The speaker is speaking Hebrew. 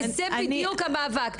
וזה בדיוק המאבק.